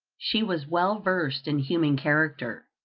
she was well versed in human character,